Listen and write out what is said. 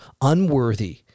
unworthy